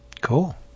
Cool